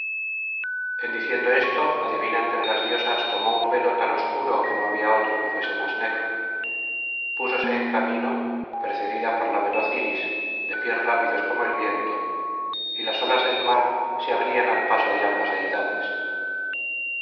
en diciendo esto la divina entre las diosas tomó un velo tan obscuro que no había otro que fuese más negro púsose en camino precedida por la veloz iris de pies rápidos como el viento y las olas del mar se abrían al paso de ambas deidades